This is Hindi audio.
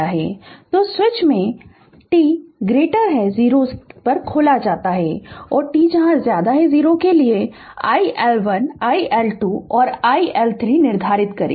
तो स्विच t 0 पर खोला जाता है और t 0 के लिए iL1 iL2 और I L3 निर्धारित करें